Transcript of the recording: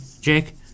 Jake